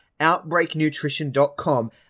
OutbreakNutrition.com